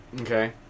Okay